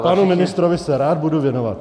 Panu ministrovi se rád budu věnovat.